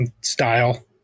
Style